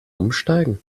umsteigen